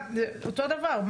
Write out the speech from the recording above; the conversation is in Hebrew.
אותו הדבר.